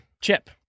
Chip